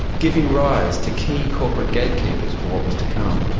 giving rise to key corporate gatekeepers for what was to come,